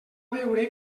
veure